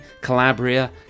Calabria